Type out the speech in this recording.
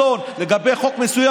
חסון לגבי חוק מסוים.